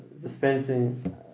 Dispensing